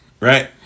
right